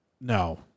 No